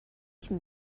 can